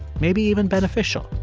maybe even beneficial,